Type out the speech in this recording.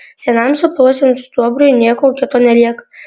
senam supuvusiam stuobriui nieko kito nelieka